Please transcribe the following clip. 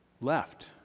left